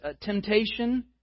temptation